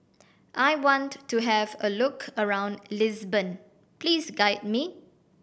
I want to have a look around Lisbon please guide me